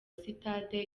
sitade